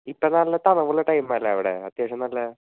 ഇപ്പോൾ നല്ല തണുപ്പുള്ള ടൈം ആണ് അല്ലേ അവിടെ അത്യാവശ്യം നല്ല